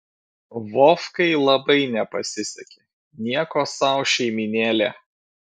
vovkai labai nepasisekė nieko sau šeimynėlė